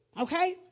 Okay